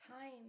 Time